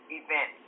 event